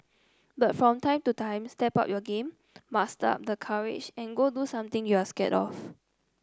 but from time to time step up your game muster up the courage and go do something you're scared of